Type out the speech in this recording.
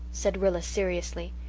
said rilla, seriously.